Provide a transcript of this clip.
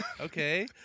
okay